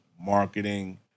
marketing